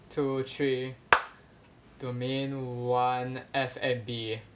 two three domain one F&B